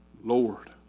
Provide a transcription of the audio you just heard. Lord